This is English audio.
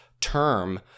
term